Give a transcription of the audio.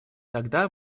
тогда